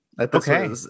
Okay